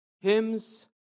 hymns